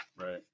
right